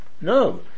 No